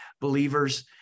believers